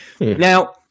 now